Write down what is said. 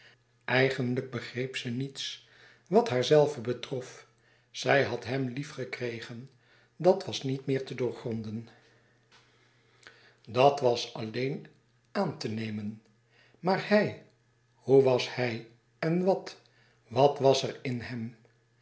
eigenlijk begreep ze niets wat haarzelve betrof zij had hem lief gekregen dat was niet meer te doorgronden dat was alleen aan te nemen maar hij hoe was hij en wat wat was er in hem